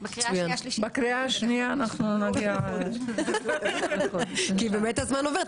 בקריאה השנייה אנחנו נגיע --- כי באמת הזמן עובר,